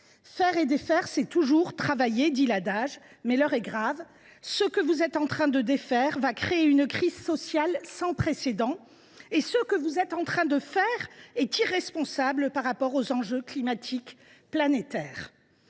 Faire et défaire, c’est toujours travailler, dit l’adage. Mais l’heure est grave. Ce que vous êtes en train de défaire va engendrer une crise sociale sans précédent. Et ce que vous êtes en train de faire est irresponsable compte tenu des enjeux climatiques planétaires.